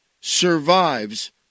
survives